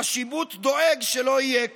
השיבוט דואג שלא יהיה כלום,